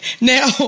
Now